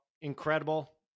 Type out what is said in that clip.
incredible